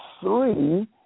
three